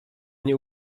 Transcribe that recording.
nie